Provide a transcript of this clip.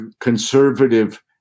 conservative